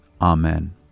amen